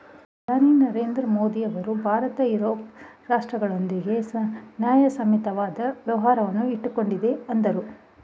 ಪ್ರಧಾನಿ ನರೇಂದ್ರ ಮೋದಿಯವರು ಭಾರತ ಯುರೋಪಿಯನ್ ರಾಷ್ಟ್ರಗಳೊಂದಿಗೆ ನ್ಯಾಯಸಮ್ಮತವಾದ ವ್ಯಾಪಾರವನ್ನು ಇಟ್ಟುಕೊಂಡಿದೆ ಅಂದ್ರು